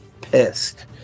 pissed